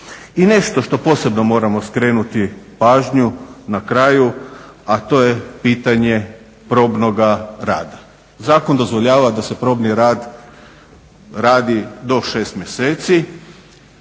I nešto što posebno moramo skrenuti pažnju na kraju, a to je pitanje probnoga rada. Zakon dozvoljava da se probni rad radi do 6 mjeseci